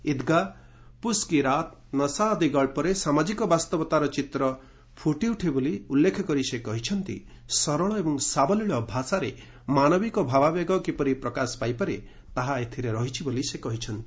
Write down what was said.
ଇଦ୍ଗା ପୁଷ୍ କି ରାତ ନସା ଆଦି ଗଳ୍ପରେ ସାମାଜିକ ବାସ୍ତବତାର ଚିତ୍ର ଫୁଟିଉଠେ ବୋଲି ଉଲ୍ଲେଖ କରି ସେ କହିଛନ୍ତି ସରଳ ଏବଂ ସାବଲୀଳା ଭାଷାରେ ମାନବିକ ଭାବାବେଗ କିପରି ପ୍ରକାଶ ପାଇପାରେ ତାହା ଏଥିରେ ରହିଛି ବୋଲି ସେ କହିଛନ୍ତି